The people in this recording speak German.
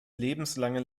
lebenslange